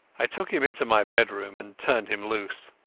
i took him into my bedroom and turned him loose.